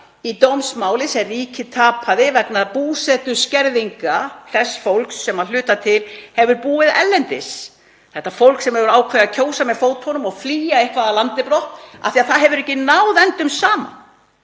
dómsmáls sem ríkið tapaði vegna búsetuskerðinga þess fólks sem að hluta til hefur búið erlendis. Þetta er fólk sem hefur ákveðið að kjósa með fótunum og flýja af landi brott af því það hefur ekki náð endum saman,